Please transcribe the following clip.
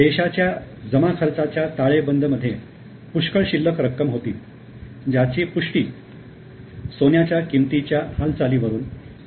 देशाच्या जमा खर्चाच्या ताळेबंद मध्ये पुष्कळ शिल्लक रक्कम होती ज्याची पुष्टी सोन्याच्या किमतीच्या हालचाली वरून केल्या जाऊ शकते